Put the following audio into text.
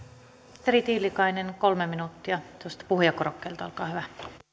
ministeri tiilikainen kolme minuuttia puhujakorokkeelta olkaa hyvä